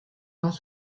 ans